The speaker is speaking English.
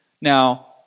now